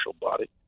body